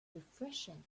refreshing